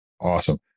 Awesome